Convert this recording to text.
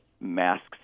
masks